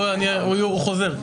הוא חוזר.